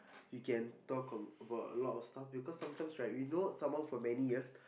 you can talk a~ about a lot of stuff because sometimes right we know someone for many years